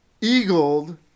eagled